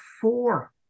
four